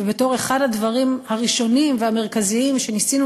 ובתור אחד הדברים הראשונים והמרכזיים שניסינו